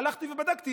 הלכתי ובדקתי.